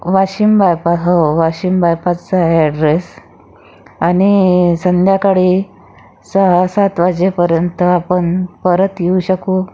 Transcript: वाशिम बायपा हो वाशिम बायपासचा आहे ॲड्रेस आणि संध्याकाळी सहा सात वाजेपर्यंत आपण परत येऊ शकू